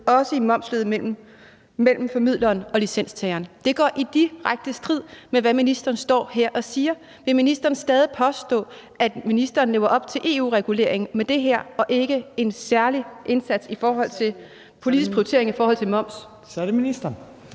også i momsledet mellem formidleren og licenstageren. Det er i direkte strid med, hvad ministeren står her og siger. Vil ministeren stadig påstå, at ministeren lever op til EU-regulering med det her, og at det ikke er en særlig indsats i forhold til en politisk prioritering i forhold til moms? Kl. 14:33 Tredje